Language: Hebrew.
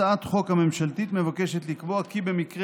הצעת החוק הממשלתית מבקשת לקבוע כי במקרה